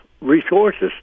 resources